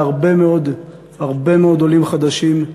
להרבה מאוד עולים חדשים,